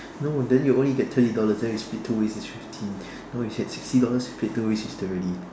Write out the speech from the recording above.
no then you only get thirty dollars then we split two ways it's fifteen now if you get sixty dollars you split two ways it's thirty